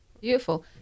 beautiful